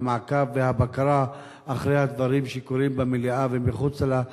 המעקב והבקרה אחרי הדברים שקורים במליאה ומחוצה לה,